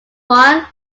one